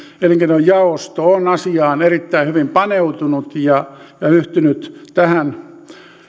elinkeinojaosto on asiaan erittäin hyvin paneutunut ja ja yhtynyt tähän